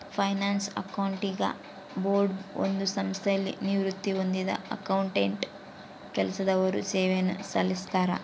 finance accounting board ಒಂದು ಸಂಸ್ಥೆಯಲ್ಲಿ ನಿವೃತ್ತಿ ಹೊಂದಿದ್ದ ಅಕೌಂಟೆಂಟ್ ಕೆಲಸದವರು ಸೇವೆಯನ್ನು ಸಲ್ಲಿಸ್ತರ